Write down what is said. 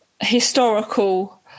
historical